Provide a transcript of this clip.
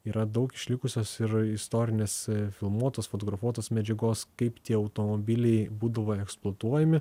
yra daug išlikusios ir istorinės filmuotos fotografuotos medžiagos kaip tie automobiliai būdavo eksploatuojami